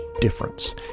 difference